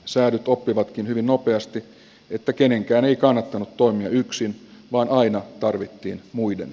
saadut oppivatkin hyvin nopeasti että kenenkään ei kannattanut toimia yksin vaan aina tarvittiin muiden